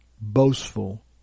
boastful